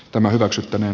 tämä hyväksyttäneen